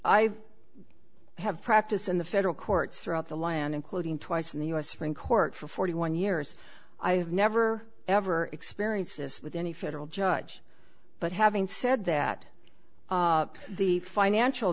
i have practice in the federal courts throughout the land including twice in the u s supreme court for forty one years i have never ever experiences with any federal judge but having said that the financial